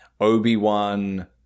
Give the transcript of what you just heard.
Obi-Wan